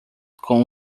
com